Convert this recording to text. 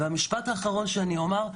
המשפט האחרון שאני אומר,